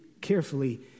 carefully